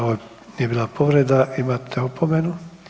Ovo nije bila povreda, imate opomenu.